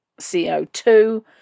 co2